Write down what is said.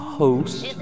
host